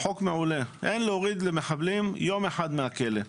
חוק מעולה, אין להוריד למחבלים יום אחד מהכלא.